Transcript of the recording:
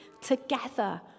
together